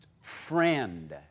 friend